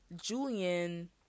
Julian